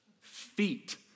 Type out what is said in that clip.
Feet